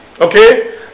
Okay